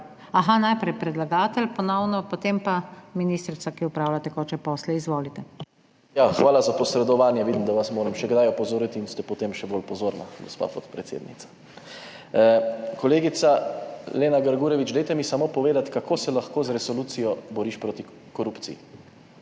Aha, najprej predlagatelj ponovno, potem pa ministrica, ki opravlja tekoče posle. Izvolite. ŽAN MAHNIČ (PS SDS): Ja, hvala za posredovanje. Vidim, da vas moram še kdaj opozoriti, in ste potem še bolj pozorna, gospa podpredsednica. Kolegica Lena Grgurevič, dajte mi samo povedati, kako se lahko z resolucijo boriš proti korupciji.